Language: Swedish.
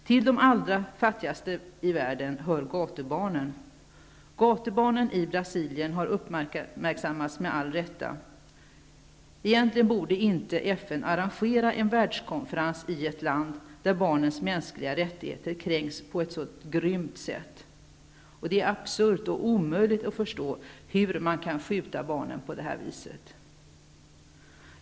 Till de allra fattigaste i världen hör gatubarnen. Gatubarnen i Brasilien har uppmärksammats med all rätt. Egentligen borde inte FN arrangera en världskonferens i ett land där barnens mänskliga rättigheter kränks på ett så grymt sätt. Det är absurt och omöjligt att förstå hur man kan skjuta barn på det här viset.